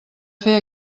fer